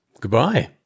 goodbye